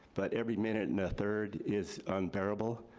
but every minute and a third is unbearable,